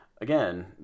Again